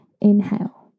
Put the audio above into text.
Inhale